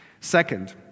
Second